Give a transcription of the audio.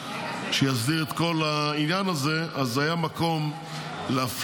שיסדיר את כל העניין הזה אז היה מקום להפריד.